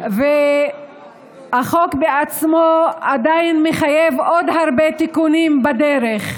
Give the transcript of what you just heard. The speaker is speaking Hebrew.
והחוק עצמו עדיין מחייב הרבה תיקונים בדרך,